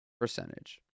Percentage